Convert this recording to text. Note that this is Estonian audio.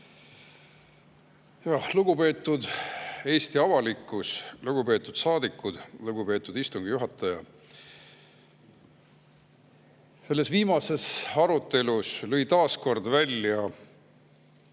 Lugupeetud Eesti avalikkus! Lugupeetud saadikud! Lugupeetud istungi juhataja! Viimases arutelus lõi taas kord välja